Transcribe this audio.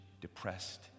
depressed